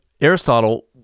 Aristotle